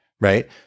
right